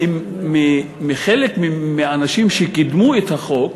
חלק מהאנשים שקידמו את החוק,